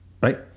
Right